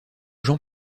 jean